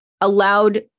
allowed